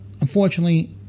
unfortunately